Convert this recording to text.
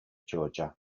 georgia